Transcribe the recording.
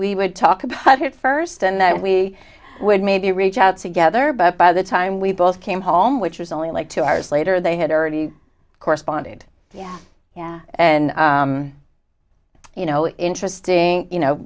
we would talk about it first and that we would maybe reach out together but by the time we both came home which was only like two hours later they had already corresponded and you know interesting you know